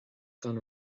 gan